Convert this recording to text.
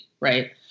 right